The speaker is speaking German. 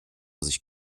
sich